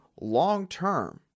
long-term